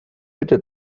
bitte